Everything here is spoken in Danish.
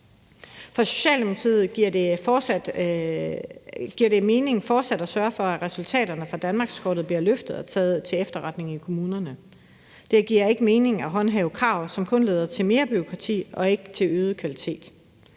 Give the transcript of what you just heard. For Socialdemokratiet giver det mening fortsat at sørge for, at resultaterne fra danmarkskortet bliver løftet og taget til efterretning i kommunerne. Det giver ikke mening at håndhæve krav, som kun leder til mere bureaukrati og ikke til øget kvalitet.